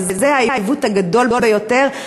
וזה העיוות הגדול ביותר.